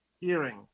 hearing